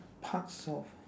parts of